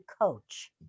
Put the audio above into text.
coach